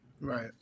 right